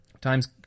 Time's